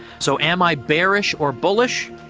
so, am i bearish or bullish?